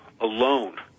alone